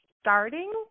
starting